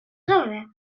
zowie